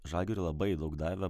žalgiriui labai daug davė